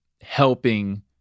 helping